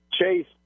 Chase